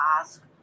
ask